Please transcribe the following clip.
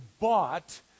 bought